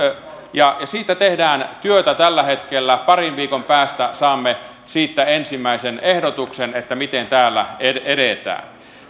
siitä tehdään työtä tällä hetkellä parin viikon päästä saamme siitä ensimmäisen ehdotuksen miten täällä edetään